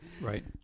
right